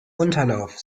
unterlauf